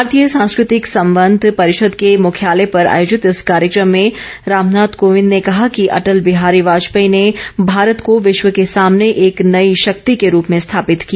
भारतीय सांस्कृतिक संबंध परिषद के मुख्यालय पर आयोजित इस कार्यक्रम में रामनाथ कोविंद ने कहा कि अटल बिहारी वाजपेयी ने भारत को विश्व के सामने एक नई शक्ति के रूप में स्थापित किया